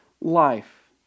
life